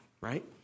right